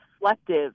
reflective